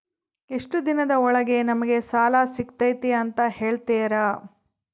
ಎಷ್ಟು ದಿನದ ಒಳಗೆ ನಮಗೆ ಸಾಲ ಸಿಗ್ತೈತೆ ಅಂತ ಹೇಳ್ತೇರಾ?